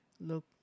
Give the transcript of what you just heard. look